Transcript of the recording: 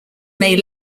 may